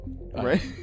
Right